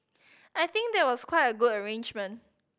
I think that was quite a good arrangement